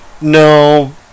No